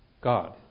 God